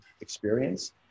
experience